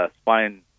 spine